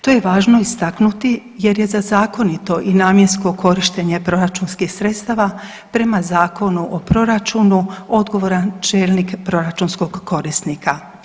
To je važno istaknuti jer je za zakonito i namjensko korištenje proračunskih sredstava prema Zakonu o proračunu odgovoran čelnik proračunskog korisnika.